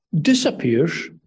disappears